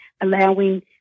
allowing